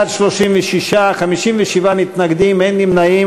בעד, 36, 57 מתנגדים, אין נמנעים.